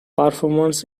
performers